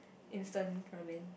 instant ramen